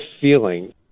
feeling